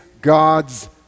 God's